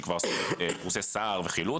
שכבר עשו קורסי סע"ר וחילוץ,